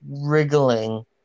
wriggling